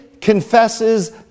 confesses